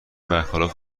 برخلاف